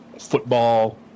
football